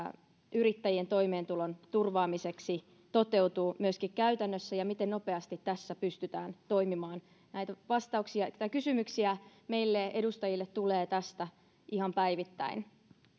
yrittäjien toimeentulon turvaamiseksi toteutuu myöskin käytännössä ja miten nopeasti tässä pystytään toimimaan näitä kysymyksiä meille edustajille tulee tästä ihan päivittäin